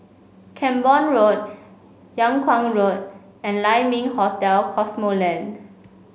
Camborne Road Yung Kuang Road and Lai Ming Hotel Cosmoland